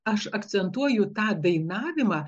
aš akcentuoju tą dainavimą